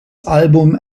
album